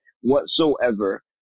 whatsoever